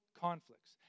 conflicts